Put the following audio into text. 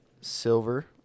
silver –